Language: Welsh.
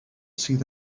sydd